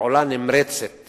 ובפעולה נמרצת